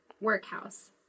workhouse